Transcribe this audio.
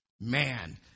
Man